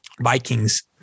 Vikings